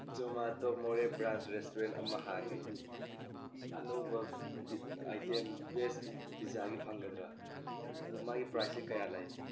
Zomato more brands restaurant ꯑꯃ ꯍꯥꯡꯏ ꯑꯅꯧꯕ ꯑꯥꯏꯇꯦꯝ ꯚꯦꯁ ꯄꯤꯖꯥꯗꯤ ꯐꯪꯒꯗ꯭ꯔꯥ ꯑꯗꯣ ꯃꯥꯏꯒꯤ ꯄ꯭ꯔꯥꯏꯁꯁꯦ ꯀꯌꯥ ꯂꯩ